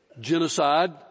genocide